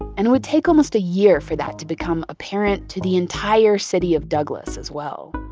and it would take almost a year for that to become apparent to the entire city of douglas as well.